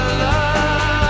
love